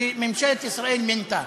שממשלת ישראל מינתה.